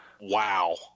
wow